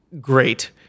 great